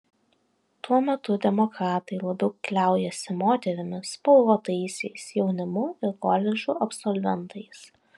tuo metu demokratai labiau kliaujasi moterimis spalvotaisiais jaunimu ir koledžų absolventais